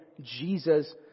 Jesus